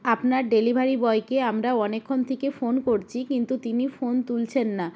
আপনার ডেলিভারি বয়কে আমরা অনেকক্ষণ থেকে ফোন করছি কিন্তু তিনি ফোন তুলছেন না